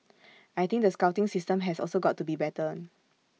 I think the scouting system has also got to be better